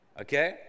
okay